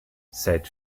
seit